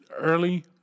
early